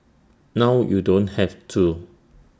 now you don't have to